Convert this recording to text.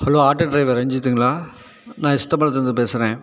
hello auto driver ரஞ்சித்துங்களா நான் பள்ளத்துலேருந்து பேசுகிறேன்